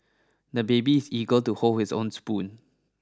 the baby is eager to hold his own spoon